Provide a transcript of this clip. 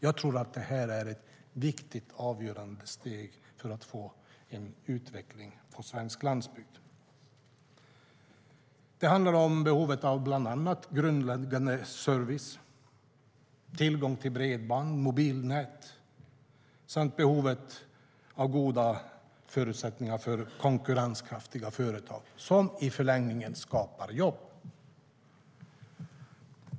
Jag tror att det här ett viktigt och avgörande steg för att få en utveckling på svensk landsbygd. Det handlar bland annat om grundläggande service, tillgång till bredband och mobilnät samt goda förutsättningar för konkurrenskraftiga företag som i förlängningen skapar jobb.